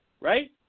Right